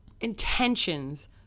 Intentions